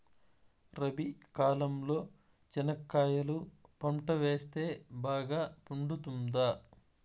రబి కాలంలో చెనక్కాయలు పంట వేస్తే బాగా పండుతుందా?